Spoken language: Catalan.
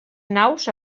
naus